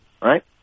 right